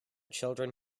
children